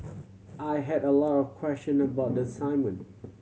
I had a lot of question about the assignment